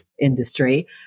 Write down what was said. industry